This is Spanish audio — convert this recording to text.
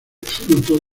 fruto